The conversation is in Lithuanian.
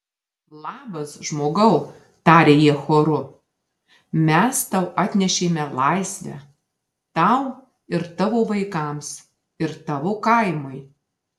labas žmogau tarė jie choru mes tau atnešėme laisvę tau ir tavo vaikams ir tavo kaimui